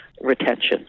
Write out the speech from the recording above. retention